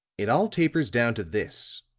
it all tapers down to this,